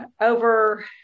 over